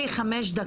יפה,